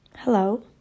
Hello